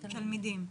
לתלמידים.